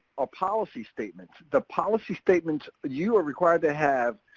ah policy statements. the policy statements you are required to have,